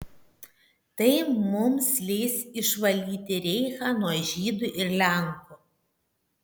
tai mums leis išvalyti reichą nuo žydų ir lenkų